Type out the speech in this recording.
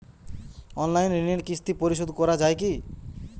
Online ঋণের কিস্তি পরিশোধ করা যায় কি?